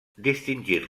distingir